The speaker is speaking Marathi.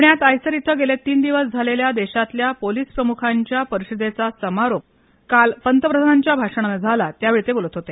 पुण्यात आयसर इथं गेले तीन दिवस झालेल्या देशातल्या पोलीस प्रमुखांच्या परिषदेचा समारोप काल पंतप्रधानांच्या भाषणाने झाला त्यावेळी ते बोलत होते